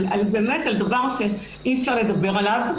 על דבר שאי אפשר לדבר עליו,